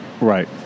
Right